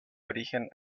origen